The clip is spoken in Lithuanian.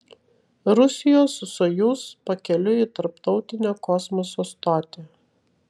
rusijos sojuz pakeliui į tarptautinę kosmoso stotį